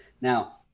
Now